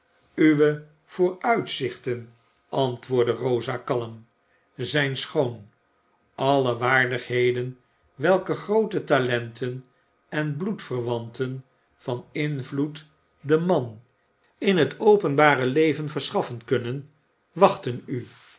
uwe vooruitzichten antwoordde rosa kalm zijn schoon alle waardigheden welke groote talenten en bloedverwanten van invloed den man in het openbare leven verschaffen kunnen wachten u